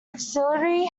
auxiliary